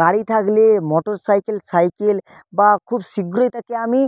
গাড়ি থাকলে motorcycle cycle বা খুব শীঘ্রই তাকে আমি